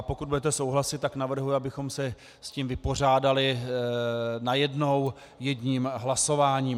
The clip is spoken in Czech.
Pokud budete souhlasit, tak navrhuji, abychom se s tím vypořádali najednou, jedním hlasováním.